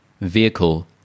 vehicle